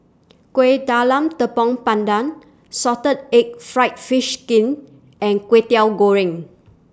Kueh Talam Tepong Pandan Salted Egg Fried Fish Skin and Kwetiau Goreng